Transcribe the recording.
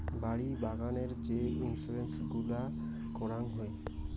বাড়ি বাগানের যে ইন্সুরেন্স গুলা করাং হই